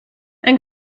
ein